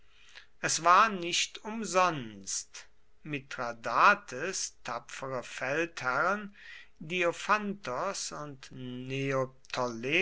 es war nicht umsonst mithradates tapfere feldherren diophantos und